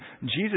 Jesus